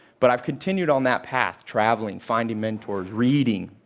but i've continued on that path, traveling, finding mentors, reading.